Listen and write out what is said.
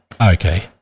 Okay